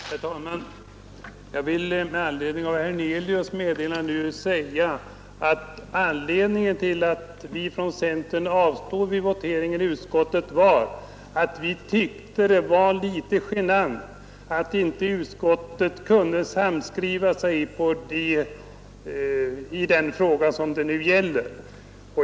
Herr talman! Jag vill med anledning av herr Hernelius” senaste inlägg säga att anledningen till att vi från centern avstod vid voteringen i utskottet var att vi tyckte det var litet genant att utskottet inte kunde sammanskriva sig i den fråga som det nu gäller.